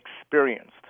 experienced